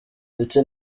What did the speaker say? ndetse